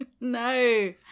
No